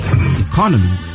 economy